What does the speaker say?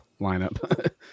lineup